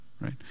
right